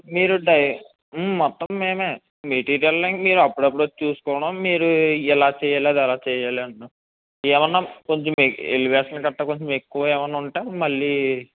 మీరు మొత్తం మేము మెటీరియల్ని ఇంక మీరు అప్పుడప్పుడు వచ్చి చూసుకోవడం మీరు ఇలా చేయాలి అది ఆలా చేయాలి అనడం ఏవన్నా కొంచెం ఎలేవేషన్ గట్టా కొంచెం ఎక్కువ ఏవన్నా ఉంటే మళ్ళీ